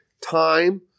time